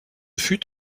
fut